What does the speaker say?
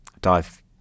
dive